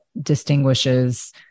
distinguishes